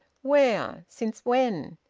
where? since when?